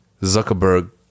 Zuckerberg